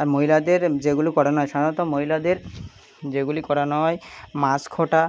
আর মহিলাদের যেগুলি করানো হয় সাধারণত মহিলাদের যেগুলি করানো হয় মাস খটা